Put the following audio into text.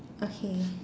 okay